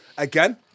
Again